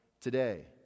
today